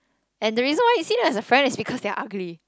and the reason why you see him as a friend is because they are ugly